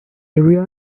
area